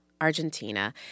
Argentina